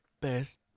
best